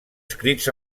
escrits